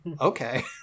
okay